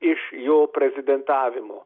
iš jo prezidentavimo